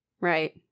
Right